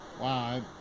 Wow